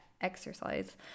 exercise